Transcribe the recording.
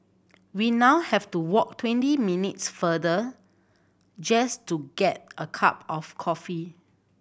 we now have to walk twenty minutes farther just to get a cup of coffee